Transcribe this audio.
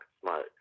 smart